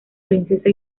princesa